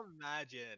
imagine